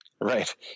Right